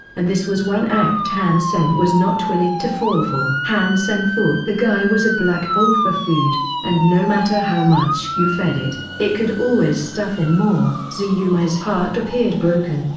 and this was one act han sen was not willing to fall for. han sen thought the guy was a black hole for food, and no matter how much you fed it, it could always stuff in more. zhou yumei's heart appeared broken,